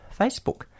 Facebook